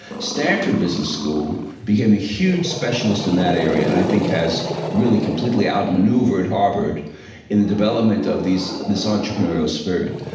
stanford business school became a huge specialist in that area, and i think has really completely outmaneuvered harvard in the development of this entrepreneurial spirit.